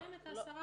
הם עוברים את ה-10%.